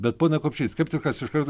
bet pone kupšy skeptikas iškart